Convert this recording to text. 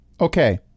Okay